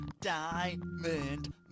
Diamond